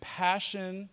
passion